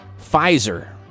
Pfizer